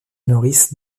nourrissent